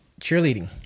cheerleading